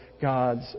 God's